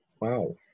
Wow